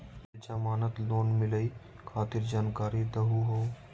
बिना जमानत लोन मिलई खातिर जानकारी दहु हो?